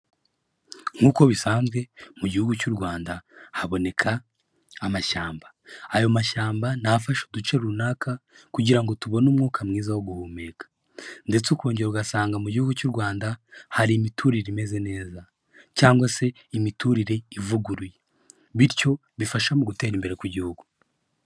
Nk'uko bisanzwe, mu gihugu cy'u Rwanda haboneka amashyamba, ayo mashyamba ni afasha uduce runaka, kugira ngo tubone umwuka mwiza wo guhumeka, ndetse ukongera ugasanga mu gihugu cy'u Rwanda, hari imiturire imeze neza, cyangwa se imiturire ivuguruye, bityo bifasha mu gutera imbere kw'igihugu.